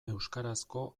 euskarazko